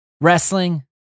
wrestling